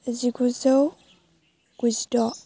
जिगुजौ गुजिद'